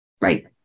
Right